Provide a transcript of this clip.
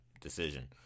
decision